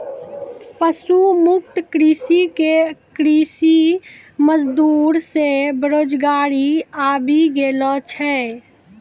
पशु मुक्त कृषि से कृषि मजदूर मे बेरोजगारी आबि गेलो छै